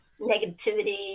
negativity